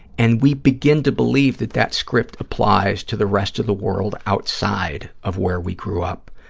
and we begin to believe that that script applies to the rest of the world outside of where we grew up,